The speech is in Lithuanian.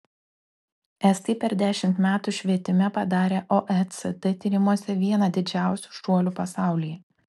estai per dešimt metų švietime padarė oecd tyrimuose vieną didžiausių šuolių pasaulyje